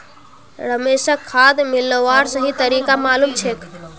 रमेशक खाद मिलव्वार सही तरीका मालूम छेक